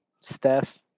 Steph